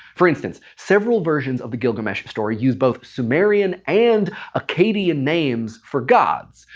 for instance, several versions of the gilgamesh story use both sumerian and akkadian names for gods,